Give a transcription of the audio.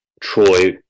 Troy